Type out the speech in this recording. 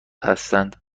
هستند